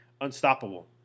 unstoppable